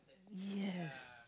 yes